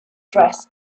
dress